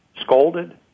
scolded